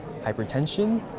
hypertension